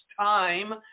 time